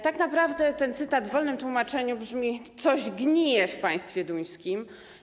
Tak naprawdę ten cytat w wolnym tłumaczeniu brzmi: coś gnije w państwie duńskim.